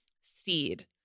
seed